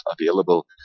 available